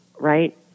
right